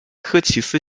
科奇斯